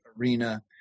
arena